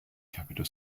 capital